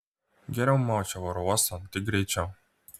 geriau maučiau oro uostan tik greičiau